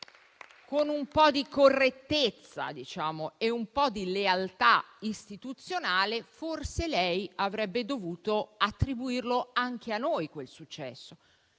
con un po' di correttezza e lealtà istituzionale, forse lei avrebbe dovuto attribuire anche a noi quel successo.